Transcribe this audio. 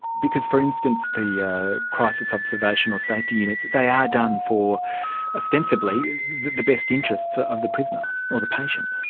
because, for instance, the yeah crisis observation or safety units, they are done for ostensibly the the best interests of the prisoner or the patient.